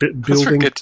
Building